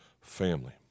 family